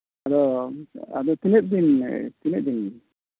ᱟᱫᱚ ᱛᱤᱱᱟᱹᱜ ᱫᱤᱱ ᱛᱤᱱᱟᱹᱜ ᱫᱤᱱ